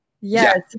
Yes